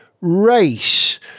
race